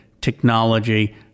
technology